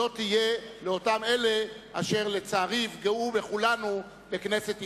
לא תהיה לאלה שלצערי יפגעו בכולנו בכנסת ישראל.